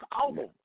album